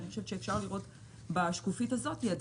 אני חושבת שאפשר לראות בשקף שהוצג קודם עד